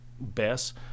best